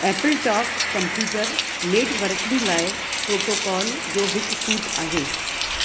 AppleTalk computer networking लाइ protocol जो हिकु सूट आहे